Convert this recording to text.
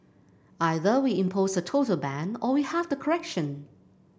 either we impose a total ban or we have the correction